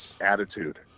attitude